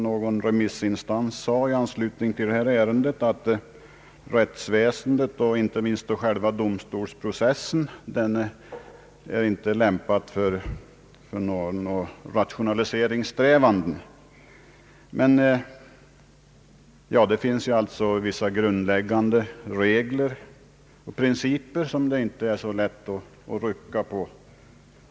Någon remissinstans har i anslutning till behandlingen av detta ärende sagt, att rättsväsendet och särskilt själva domstolsprocessen inte lämpar sig för några rationaliseringssträvanden. Det finns vissa grundläggande regler och principer som det inte är så lätt att rucka på.